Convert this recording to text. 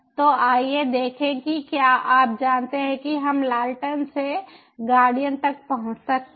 तो आइए देखें कि क्या आप जानते हैं कि हम लैन्टर्न से गार्डियन तक पहुँच सकते हैं